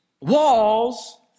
Walls